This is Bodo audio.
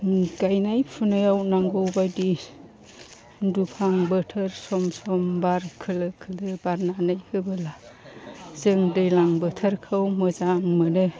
गायनाय फुनायाव नांगौ बायदि दुफां बोथोर सम सम बार खोलो खोलो बारनानै होब्ला जों दैज्लां बोथोरखौ मोजां मोनो